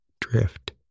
drift